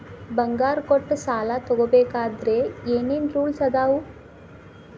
ಬಂಗಾರ ಕೊಟ್ಟ ಸಾಲ ತಗೋಬೇಕಾದ್ರೆ ಏನ್ ಏನ್ ರೂಲ್ಸ್ ಅದಾವು?